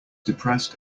depressed